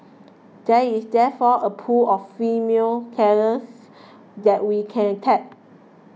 there is therefore a pool of female talents that we can tap